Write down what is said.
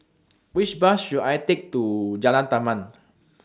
Which Bus should I Take to Jalan Taman